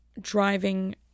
driving